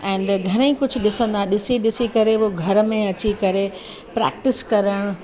and घणेई कुझु ॾिसंदा ॾिसी ॾिसी करे उहो घर में अची करे प्रैक्टिस करणु